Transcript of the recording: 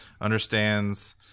understands